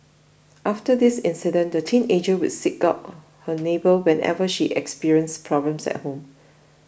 after this incident the teenager would seek out her neighbour whenever she experienced problems at home